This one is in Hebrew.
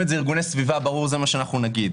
את זה מארגוני סביבה וברור שזה מה שאנחנו נגיד.